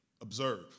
observe